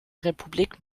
republik